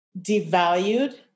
devalued